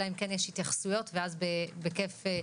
אלא אם כן יש התייחסויות ואז גם תעירו,